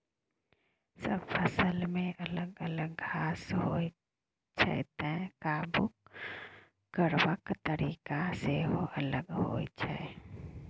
सब फसलमे अलग अलग घास होइ छै तैं काबु करबाक तरीका सेहो अलग होइ छै